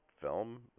film